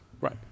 right